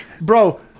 bro